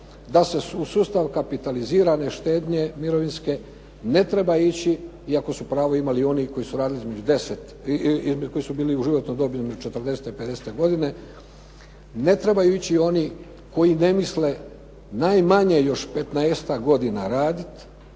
da se u sustav kapitalizirane štednje mirovinske ne treba ići, iako su pravo imali oni koji su bili u životnoj dobi između 40-te i 50-te godine, ne trebaju ići oni koji ne misle najmanje još 15-tak godina raditi